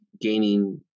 gaining